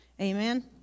Amen